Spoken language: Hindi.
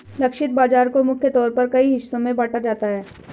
लक्षित बाजार को मुख्य तौर पर कई हिस्सों में बांटा जाता है